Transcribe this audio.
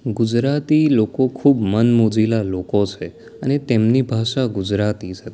ગુજરાતી લોકો ખૂબ મનમોજીલા લોકો છે અને તેમની ભાષા ગુજરાતી છે